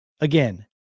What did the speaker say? again